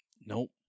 Nope